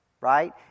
right